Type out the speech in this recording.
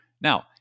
Now